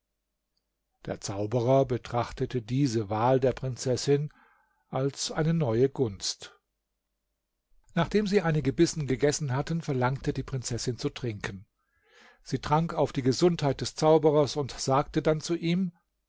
der zauberer betrachtete diese wahl der prinzessin als eine neue gunst nachdem sie einige bissen gegessen hatten verlangte die prinzessin zu trinken sie trank auf die gesundheit des zauberers und sagte dann zu ihm